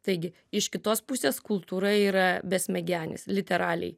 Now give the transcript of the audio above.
taigi iš kitos pusės kultūra yra besmegenis literalei